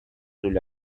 sugli